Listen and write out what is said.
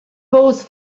paused